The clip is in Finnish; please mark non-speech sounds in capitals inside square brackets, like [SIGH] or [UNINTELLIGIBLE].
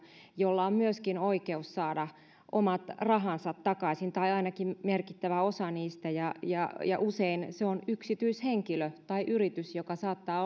jolla on myöskin oikeus saada omat rahansa takaisin tai ainakin merkittävä osa niistä ja ja usein se on yksityishenkilö tai yritys joka saattaa [UNINTELLIGIBLE]